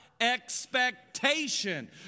Expectation